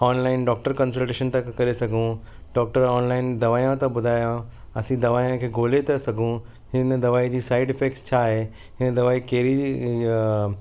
online doctor consultation था करे सघूं डॉक्टर ऑनलाइन दवाऊं थो ॿुधायां असीं दवाइयां खे ॻोल्हे था सघूं हिन दवाईअ जी साइड इफ़ेक्ट्स छा आहे हिन दवाई कहिड़ी इहा